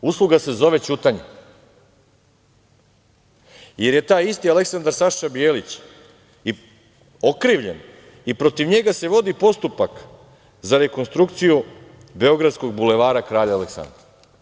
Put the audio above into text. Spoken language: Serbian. Usluga se zove ćutanje, jer je taj isti Aleksandar Saša Bijelić i okrivljen i protiv njega se vodi postupak za rekonstrukciju beogradskog Bulevara kralja Aleksandra.